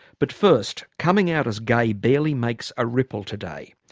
but first, coming out as gay barely makes a ripple today,